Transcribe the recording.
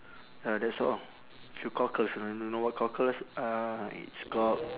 ya that's all few cockles man you know what cockles uh it's called